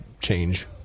change